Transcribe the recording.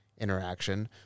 interaction